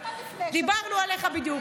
דיברנו עליך בדיוק.